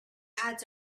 ads